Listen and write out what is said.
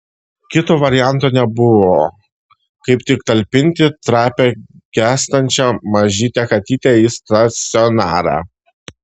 kito varianto nebuvo kaip tik talpinti trapią gęstančią mažytę katytę į stacionarą